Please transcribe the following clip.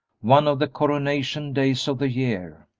one of the coronation days of the year.